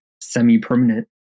semi-permanent